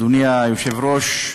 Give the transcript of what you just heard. אדוני היושב-ראש,